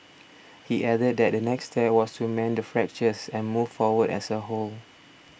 he added that the next step was to mend the fractures and move forward as a whole